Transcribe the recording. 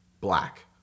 black